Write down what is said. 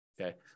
Okay